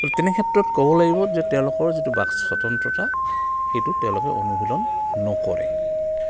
আৰু তেনে ক্ষেত্ৰত ক'ব লাগিব যে তেওঁলোকৰ যিটো বাক স্বতন্ত্ৰতা সেইটো তেওঁলোকে অনুশীলন নকৰে